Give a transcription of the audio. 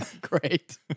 Great